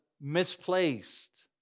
misplaced